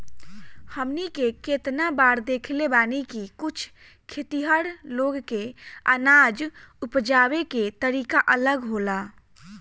हमनी के केतना बार देखले बानी की कुछ खेतिहर लोग के अनाज उपजावे के तरीका अलग होला